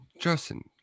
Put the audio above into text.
Justin